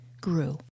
grew